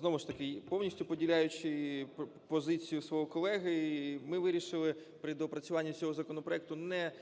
Знову ж таки, повністю поділяючи позицію свого колеги, ми вирішили при доопрацюванні цього законопроекту не